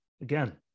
again